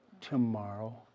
Tomorrow